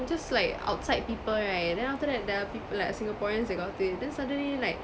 just like outside people right and then after that there are people like singaporeans that got it then suddenly like